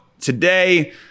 today